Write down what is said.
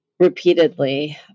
repeatedly